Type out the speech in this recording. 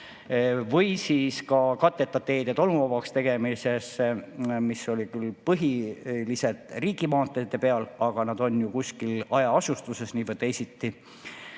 või siis ka katteta teede tolmuvabaks tegemiseks, see oli küll põhiliselt riigimaanteede peal, aga nad on ju kusagil hajaasustuses nii või teisiti.